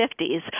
50s